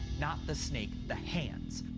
not the snake, the hands.